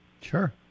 Sure